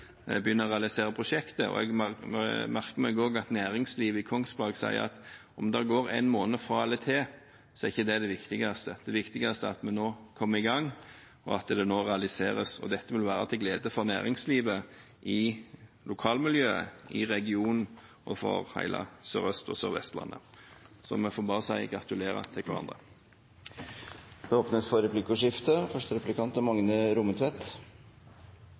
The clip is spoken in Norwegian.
å realisere prosjektet, og jeg merker meg også at næringslivet i Kongsberg sier at om det går en måned fra eller til, er ikke det det viktigste. Det viktigste er at vi nå kommer i gang, og at det nå realiseres. Dette vil være til glede for næringslivet i lokalmiljøet, i regionen og for hele Sør-Østlandet og Sør-Vestlandet, så vi får bare si gratulerer til hverandre. Det blir replikkordskifte. Damåsen–Saggrenda er eit viktig prosjekt på E134, og eg er